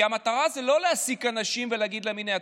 כי המטרה זה לא להעסיק אנשים ולהגיד להם: הינה,